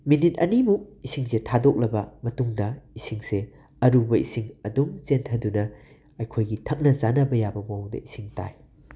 minute ꯑꯅꯤꯃꯨꯛ ꯏꯁꯤꯡꯁꯦ ꯊꯥꯗꯣꯛꯂꯕ ꯃꯇꯨꯡꯗ ꯏꯁꯤꯡꯁꯦ ꯑꯔꯨꯕ ꯏꯁꯤꯡ ꯑꯗꯨꯝ ꯆꯦꯟꯊꯥꯗꯨꯅ ꯑꯩꯈꯣꯏꯒꯤ ꯊꯛꯅ ꯆꯥꯅꯕ ꯌꯥꯕ ꯃꯑꯣꯡꯗ ꯏꯁꯤꯡ ꯇꯥꯏ